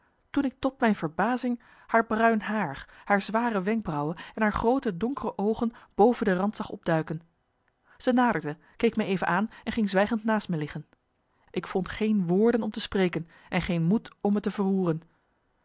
toen ik tot mijn verbazing haar bruin haar haar zware wenkbrauwen en haar groote donkere oogen boven de rand zag opduiken ze naderde keek me even aan en ging zwijgend naast me liggen ik vond geen woorden om te spreken en geen moed om me te verroeren